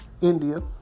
India